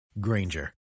Granger